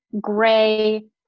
Gray